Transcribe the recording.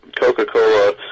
coca-cola